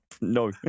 No